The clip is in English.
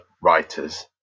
writers